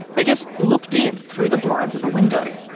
they just looked in through the blinds of a window.